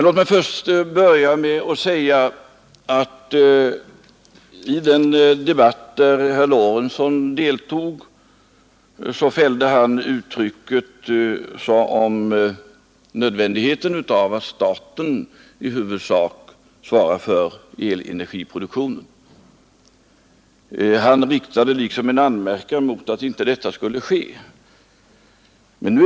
Låt mig börja med att säga att herr Lorentzon i den debatt där han deltog uttalade sig om nödvändigheten av att staten i huvudsak svarar för elenergiproduktionen, och han framställde liksom en anmärkning att så inte skulle vara fallet.